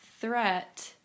threat